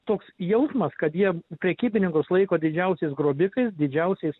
toks jausmas kad jie prekybininkus laiko didžiausiais grobikais didžiausiais